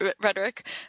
rhetoric